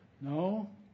No